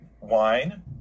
wine